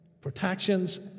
protections